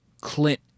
Clint